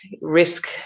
risk